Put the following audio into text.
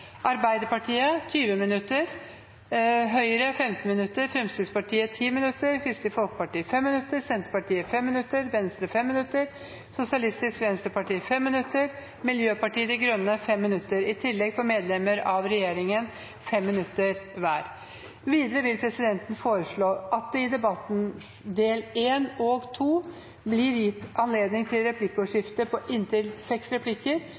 Arbeiderpartiet 20 minutter, Høyre 15 minutter, Fremskrittspartiet 10 minutter, Kristelig Folkeparti 5 minutter, Senterpartiet 5 minutter, Venstre 5 minutter, Sosialistisk Venstreparti 5 minutter og Miljøpartiet De Grønne 5 minutter. I tillegg får medlemmer av regjeringen 5 minutter hver. Videre vil presidenten foreslå at det i debattens del 1 og 2 blir gitt anledning til replikkordskifte på inntil seks replikker